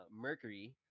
Mercury